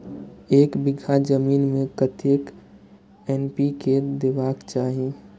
एक बिघा जमीन में कतेक एन.पी.के देबाक चाही?